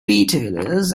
retailers